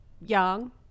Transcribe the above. young